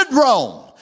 Rome